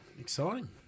exciting